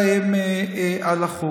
החוק.